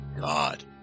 God